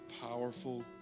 powerful